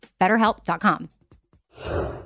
BetterHelp.com